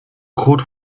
code